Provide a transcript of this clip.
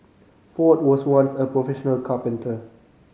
Ford was once a professional carpenter